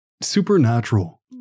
supernatural